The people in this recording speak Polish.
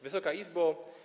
Wysoka Izbo!